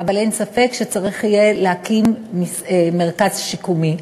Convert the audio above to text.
אבל אין ספק שצריך יהיה להקים מרכז שיקומי.